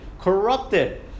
corrupted